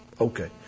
Okay